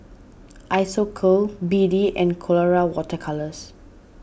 Isocal B D and Colora Water Colours